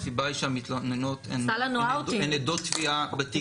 המתלוננות הן עדות תביעה בתיק